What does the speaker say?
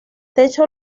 techo